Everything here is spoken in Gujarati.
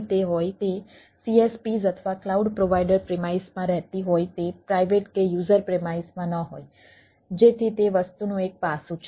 તે ક્લાઉડ પ્રોવાઈડર પ્રિમાઈસમાં ન હોય જેથી તે વસ્તુનું એક પાસું છે